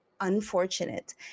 unfortunate